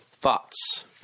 Thoughts